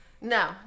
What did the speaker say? No